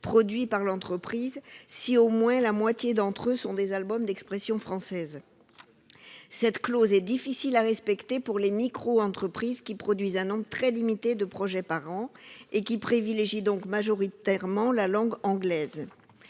produits par l'entreprise si au moins la moitié d'entre eux sont des albums d'expression française. Or cette clause est difficile à respecter pour les micro-entreprises qui produisent un nombre très limité de projets par an et qui, en conséquence, privilégient majoritairement les albums en langue anglaise.